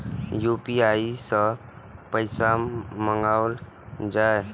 UPI सै पैसा मंगाउल जाय?